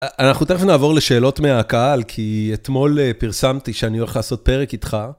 אנחנו תכף נעבור לשאלות מהקהל כי אתמול פרסמתי שאני הולך לעשות פרק איתך.